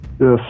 Yes